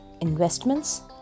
investments